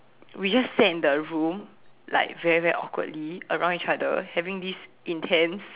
we just sat in the room like very very awkwardly around each other having this intense